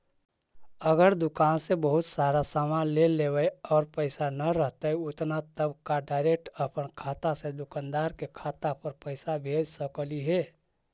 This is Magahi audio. अगर दुकान से बहुत सारा सामान ले लेबै और पैसा न रहतै उतना तब का डैरेकट अपन खाता से दुकानदार के खाता पर पैसा भेज सकली हे?